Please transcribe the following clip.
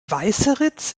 weißeritz